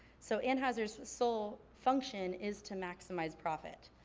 so anheuser's sole function is to maximize profit.